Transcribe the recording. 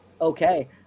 Okay